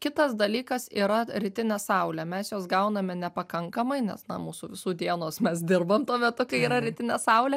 kitas dalykas yra rytinė saulė mes jos gauname nepakankamai nes na mūsų visų dienos mes dirbam tuo metu kai yra rytinė saulė